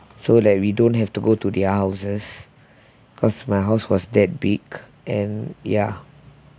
so that we don't have to go to their houses cause my house was that big and ya